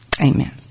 Amen